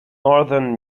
northern